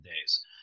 days